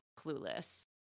clueless